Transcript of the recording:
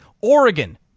Oregon